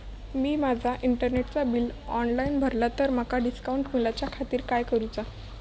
मी माजा इंटरनेटचा bill online भरला तर माका डिस्काउंट मिलाच्या खातीर काय करुचा?